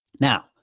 Now